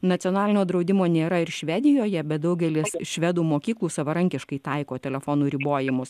nacionalinio draudimo nėra ir švedijoje bet daugelis švedų mokyklų savarankiškai taiko telefonų ribojimus